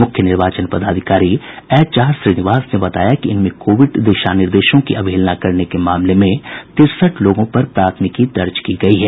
मुख्य निर्वाचन पदाधिकारी एचआर श्रीनिवास ने बताया कि इनमें कोविड दिशा निर्देशों की अवहेलना करने के मामले में तिरसठ लोगों पर प्राथमिकी दर्ज की गयी है